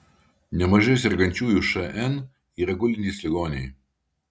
nemažai sergančiųjų šn yra gulintys ligoniai